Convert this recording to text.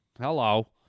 Hello